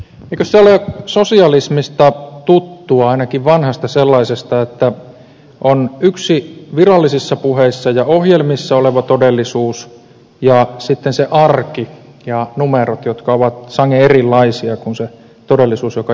eikös se ole sosialismista tuttua ainakin vanhasta sellaisesta että on yksi virallisissa puheissa ja ohjelmissa oleva todellisuus ja sitten se arki ja numerot jotka ovat sangen erilaisia kuin se todellisuus joka juhlapuheissa on